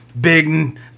Big